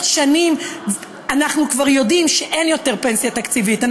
ואנחנו יודעים ששנים כבר אין פנסיה תקציבית,